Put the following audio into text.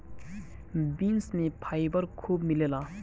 beans में fibre खूब मिलेला